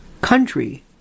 country